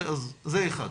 זה אחת.